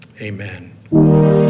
Amen